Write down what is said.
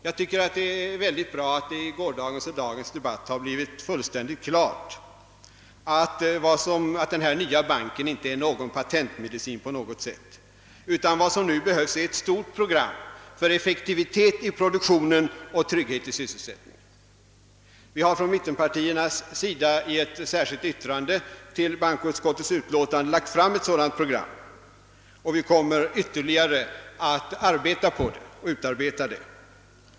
Jag tycker det är bra att det under gårdagens och dagens debatt gjorts fullständigt klart att den nya banken inte är någon patentmedicin utan att vad som nu behövs är ett stort program för effektivitet i produktionen och trygghet i sysselsättningen. Vi har från mittenpartiernas sida i ett särskilt yttrande till bankoutskottets utlåtande nr 33 skisserat ett sådant program, och vi kommer att vidareutveckla detta.